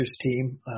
team